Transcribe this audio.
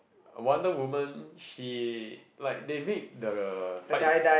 wonder women she like they made the fights